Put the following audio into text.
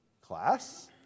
Class